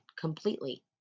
completely